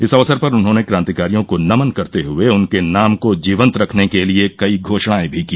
इस अवसर पर उन्होंने क्रांतिकारियों को नमन करते हये उनके नाम को जीवन्त रखने के लिये कई घोषणाएं भी की